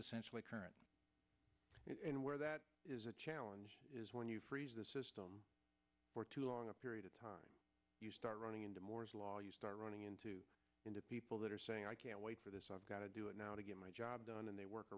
essentially current in where that is a challenge is when you freeze the system for too long a period of time you start running into moore's law you start running into into people or saying i can't wait for this i've got to do it now to get my job done and they work